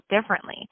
differently